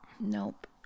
nope